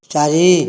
ଚାରି